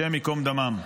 השם ייקום דמם.